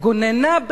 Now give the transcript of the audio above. כך היא מכנה את